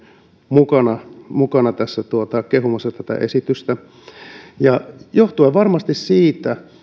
mukana mukana kehumassa tätä esitystä johtuen varmasti siitä